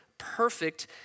Perfect